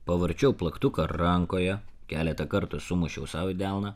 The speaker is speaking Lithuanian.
pavarčiau plaktuką rankoje keletą kartų sumušiau sau į delną